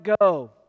go